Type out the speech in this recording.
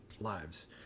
lives